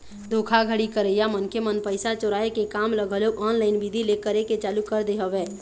धोखाघड़ी करइया मनखे मन पइसा चोराय के काम ल घलोक ऑनलाईन बिधि ले करे के चालू कर दे हवय